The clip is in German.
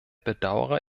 bedaure